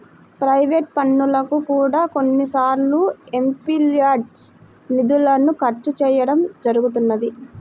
private పనులకు కూడా కొన్నిసార్లు ఎంపీల్యాడ్స్ నిధులను ఖర్చు చేయడం జరుగుతున్నది